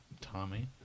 Tommy